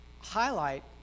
highlight